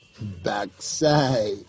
Backside